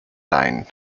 line